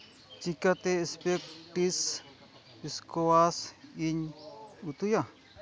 ᱪᱤᱠᱟᱹᱛᱮ ᱥᱯᱮᱴᱤᱥ ᱥᱠᱚᱣᱟᱥ ᱤᱧ ᱩᱛᱩᱭᱟ